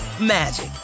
magic